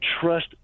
trust